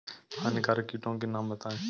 हानिकारक कीटों के नाम बताएँ?